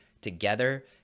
together